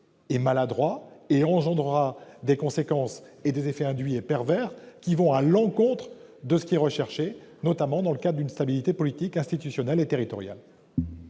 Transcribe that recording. est maladroit et aura des conséquences perverses allant à l'encontre de ce qui est recherché, notamment dans le cadre d'une stabilité politique institutionnelle et territoriale.